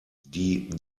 die